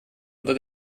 unter